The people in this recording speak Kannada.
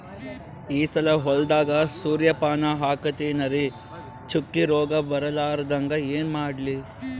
ಈ ಸಲ ಹೊಲದಾಗ ಸೂರ್ಯಪಾನ ಹಾಕತಿನರಿ, ಚುಕ್ಕಿ ರೋಗ ಬರಲಾರದಂಗ ಏನ ಮಾಡ್ಲಿ?